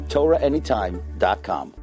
TorahAnytime.com